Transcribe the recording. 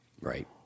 Right